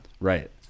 right